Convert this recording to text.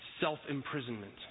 self-imprisonment